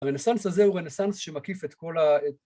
הרנסאנס הזה הוא רנסאנס שמקיף את כל